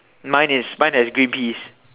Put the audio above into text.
mine is pines and green peas